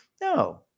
No